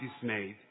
dismayed